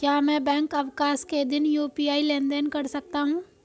क्या मैं बैंक अवकाश के दिन यू.पी.आई लेनदेन कर सकता हूँ?